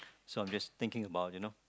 so I'm just thinking about you know